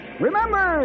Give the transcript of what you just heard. Remember